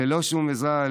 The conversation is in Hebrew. ללא שום עזרה,